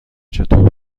چطور